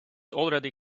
already